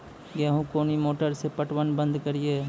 गेहूँ कोनी मोटर से पटवन बंद करिए?